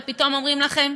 ופתאום אומרים לכם: